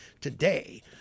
Today